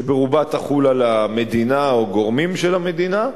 שברובה תחול על המדינה או על גורמים של המדינה,